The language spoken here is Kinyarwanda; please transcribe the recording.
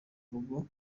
rugo